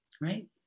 right